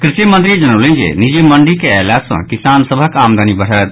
कृषि मंत्री जनौलनि जे निजी मंडी के अयला सँ किसान सभक आमदनी बढ़त